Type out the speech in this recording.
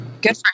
Good